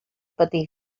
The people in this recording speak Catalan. patir